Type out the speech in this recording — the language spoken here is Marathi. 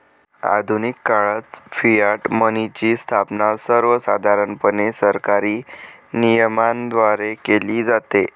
आधुनिक काळात फियाट मनीची स्थापना सर्वसाधारणपणे सरकारी नियमनाद्वारे केली जाते